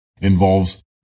involves